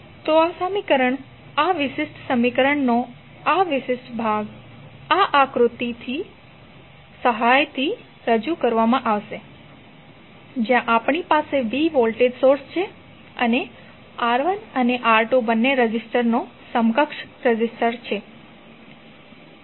તો આ સમીકરણ આ વિશિષ્ટ સમીકરણનો આ વિશિષ્ટ ભાગ આ આકૃતિની સહાયથી રજૂ કરવામાં આવશે જ્યાં આપણી પાસે v વોલ્ટેજ સોર્સ છે અને R1 અને R2 બંને રેઝિસ્ટરનો સમકક્ષ રેઝિસ્ટર છે